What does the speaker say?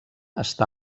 està